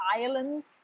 islands